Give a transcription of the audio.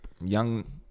young